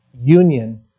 union